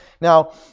Now